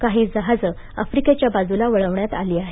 काही जहाजं अफ्रिकेच्या बाजूला वळवण्यात आली आहेत